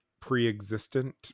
pre-existent